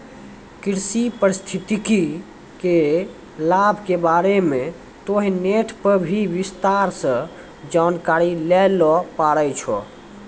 कृषि पारिस्थितिकी के लाभ के बारे मॅ तोहं नेट पर भी विस्तार सॅ जानकारी लै ल पारै छौ